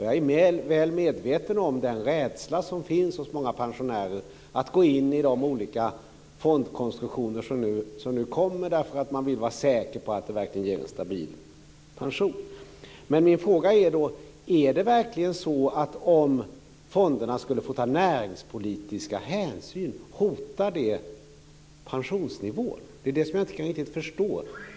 Jag är väl medveten om den rädsla som finns hos många pensionärer att gå in i de olika fondkonstruktioner som nu kommer - man vill ju vara säker på att de ska ge en stabil pension. Är det verkligen så att om fonderna får ta näringspolitiska hänsyn att det hotar pensionsnivån? Det är det som jag inte riktigt kan förstå.